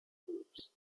groups